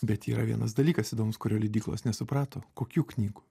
bet yra vienas dalykas įdomus kurio leidyklos nesuprato kokių knygų